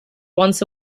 once